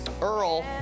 Earl